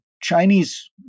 Chinese